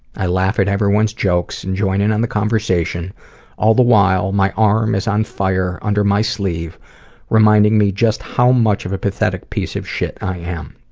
i laughed at everyone's jokes and join in on the conversation all the while my arm is on fire under my sleeve reminding me just how much of a pathetic piece of shit i am.